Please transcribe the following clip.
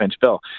bill